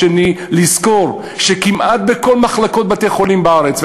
לזכור שכמעט בכל מחלקות בתי-החולים בארץ,